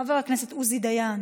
חבר הכנסת עוזי דיין,